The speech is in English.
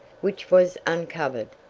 which was uncovered.